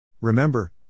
Remember